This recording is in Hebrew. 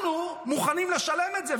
אנחנו מוכנים לשלם את זה,